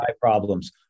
problems